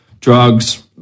drugs